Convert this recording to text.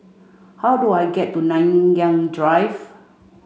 how do I get to Nanyang Drive